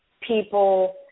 people